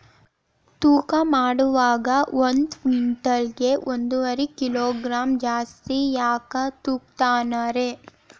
ತೂಕಮಾಡುವಾಗ ಒಂದು ಕ್ವಿಂಟಾಲ್ ಗೆ ಒಂದುವರಿ ಕಿಲೋಗ್ರಾಂ ಜಾಸ್ತಿ ಯಾಕ ತೂಗ್ತಾನ ರೇ?